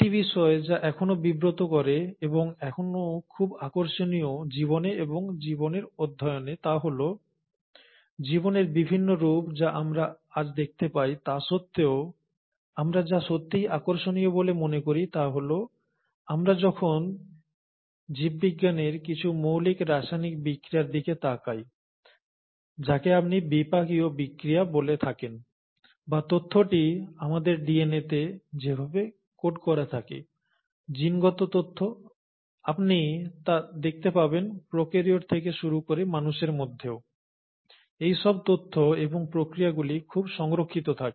একটি বিষয় যা এখনও বিব্রত করে এবং এখনও খুব আকর্ষণীয় জীবনে এবং জীবনের অধ্যয়নে তা হল জীবনের বিভিন্ন রূপ যা আমরা আজ দেখতে পাই তা সত্ত্বেও আমরা যা সত্যিই আকর্ষণীয় বলে মনে করি তা হল আমরা যখন জীববিজ্ঞানের কিছু মৌলিক রাসায়নিক বিক্রিয়ার দিকে তাকাই যাকে আপনি বিপাকীয় বিক্রিয়া বলে থাকেন বা তথ্যটি আমাদের ডিএনএতে যেভাবে কোড করা থাকে জিনগত তথ্য আপনি তা দেখতে পাবেন প্রোকারিওট থেকে শুরু করে মানুষের মধ্যেও এইসব তথ্য এবং প্রক্রিয়াগুলি খুব সংরক্ষিত থাকে